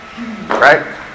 right